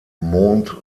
mont